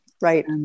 Right